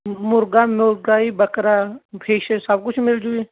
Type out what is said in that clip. ਮੁਰਗਾ ਮੁਰਗਾ ਜੀ ਬੱਕਰਾ ਫਿਸ਼ ਸਭ ਕੁਝ ਮਿਲਜੂ ਜੀ